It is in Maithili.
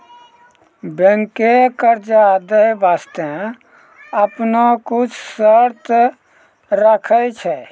बैंकें कर्जा दै बास्ते आपनो कुछ शर्त राखै छै